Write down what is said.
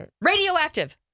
Radioactive